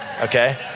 okay